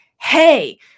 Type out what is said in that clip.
Hey